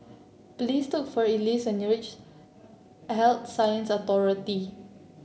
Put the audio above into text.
please took for Ellis when you reach Health Sciences Authority